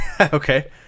Okay